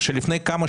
לפני